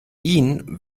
ihn